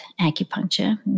acupuncture